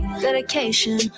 dedication